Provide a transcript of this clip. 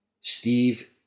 Steve